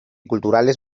culturales